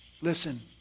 Listen